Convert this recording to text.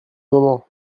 moment